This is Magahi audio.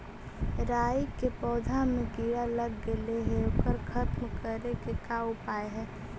राई के पौधा में किड़ा लग गेले हे ओकर खत्म करे के का उपाय है?